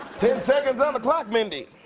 ten seconds on the clock, mindy.